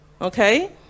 Okay